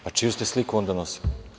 Pa čiju ste sliku onda nosili?